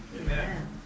Amen